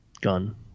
gun